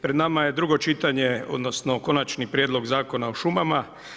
Pred nama je drugo čitanje, odnosno konačni prijedlog Zakona o šumama.